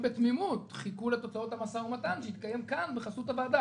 בתמימות חיכו לתוצאות המשא ומתן שהתקיים כאן בחסות הוועדה.